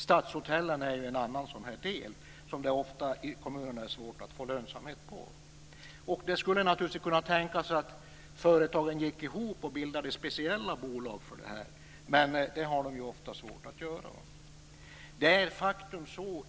Stadshotellen är ju en annan verksamhet där det ofta är svårt att få lönsamhet i kommunerna. Man skulle naturligtvis kunna tänka sig att företagen gick ihop och bildade speciella bolag för detta, men det har de ju ofta svårt att göra.